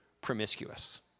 promiscuous